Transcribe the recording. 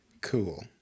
Cool